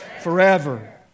Forever